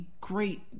great